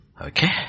Okay